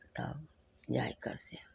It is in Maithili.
तब जाके से